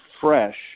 fresh